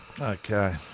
Okay